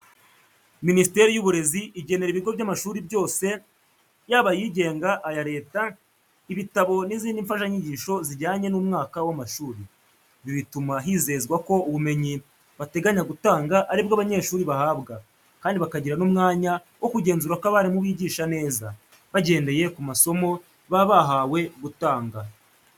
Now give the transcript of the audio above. Minisiteri y’Uburezi igenera ibigo by’amashuri byose, yaba ayigenga cyangwa aya leta, ibitabo n’izindi mfashanyigisho zijyanye n’umwaka w’amashuri. Ibi bituma hizezwa ko ubumenyi bateganya gutanga ari bwo abanyeshuri bahabwa, kandi bakagira n'umwanya wo kugenzura ko abarimu bigisha neza, bagendeye ku masomo baba bahawe gutanga.